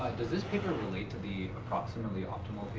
does this paper relate to the approximately ah